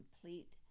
complete